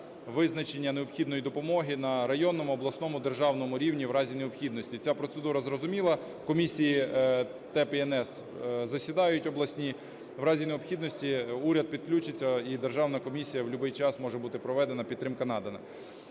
визначення необхідної допомоги на районному, обласному, державному рівні в разі необхідності. Ця процедура зрозуміла, комісії ТЕБ і НС засідають обласні. В разі необхідності уряд підключиться і державна комісія в любий час може бути проведена, підтримка надана.